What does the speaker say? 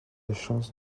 chance